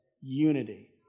unity